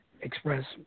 express